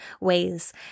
ways